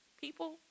people